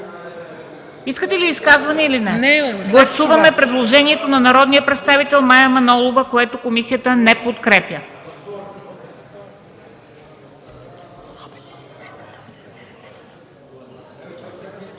СТОЯНОВА: Изказвания? Няма. Гласуваме предложението на народния представител Мая Манолова, което комисията не подкрепя.